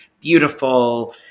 beautiful